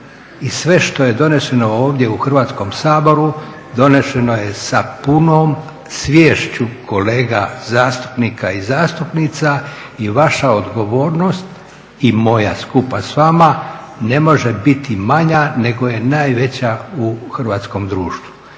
i sve što je doneseno ovdje u Hrvatskom saboru doneseno je sa punom sviješću kolega zastupnika i zastupnica i vaša odgovornost i moja skupa s vama, ne može biti manja nego je najveća u hrvatskom društvu.